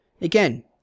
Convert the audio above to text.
Again